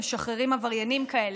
משחררים עבריינים כאלה,